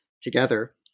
together